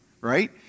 Right